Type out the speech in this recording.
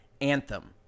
Anthem